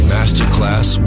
Masterclass